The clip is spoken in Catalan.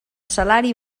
salari